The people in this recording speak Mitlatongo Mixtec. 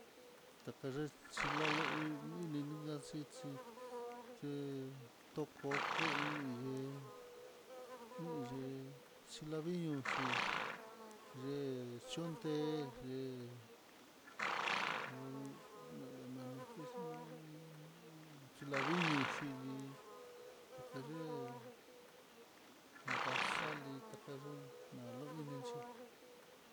Takaye xhilalo hí nininga xhixi, ye'e tokoko hí híyee xhilavinyoxi, ye'e chonde. anria nani kaxi ña a chilaviño, chili takaye'e ndaxali tayaye'e naloilinchí.